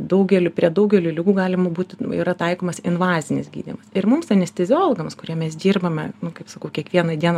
daugelį prie daugelio ligų galima būti yra taikomas invazinis gydymas ir mums anistiziologams kurie mes dirbame kaip sakau kiekvieną dieną